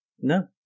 No